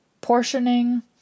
portioning